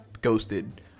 ghosted